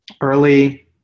early